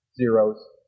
zeros